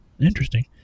Interesting